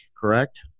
correct